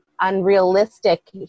unrealistic